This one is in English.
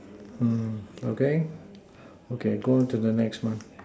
ah okay okay go on to the next one